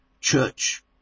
church